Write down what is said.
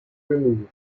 removed